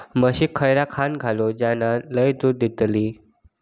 म्हशीक खयला खाणा घालू ज्याना लय दूध देतीत?